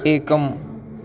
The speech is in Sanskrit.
एकम्